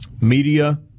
media